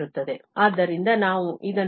ಆದ್ದರಿಂದ ನಾವು ಇದನ್ನು ಸುಲಭವಾಗಿ ಮತ್ತೆ ನೋಡಬಹುದು